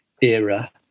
era